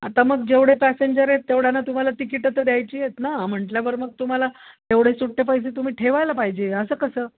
आता मग जेवढे पॅसेंजर आहेत तेवढ्याना तुम्हाला तिकिटं तर द्यायची आहेत ना म्हटल्यावर मग तुम्हाला तेवढे सुटे पैसे तुम्ही ठेवायला पाहिजे असं कसं